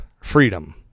freedom